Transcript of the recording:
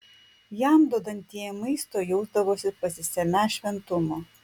jam duodantieji maisto jausdavosi pasisemią šventumo